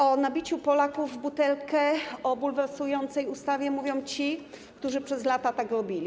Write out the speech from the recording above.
O nabiciu Polaków w butelkę, o bulwersującej ustawie mówią ci, którzy przez lata tak robili.